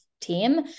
team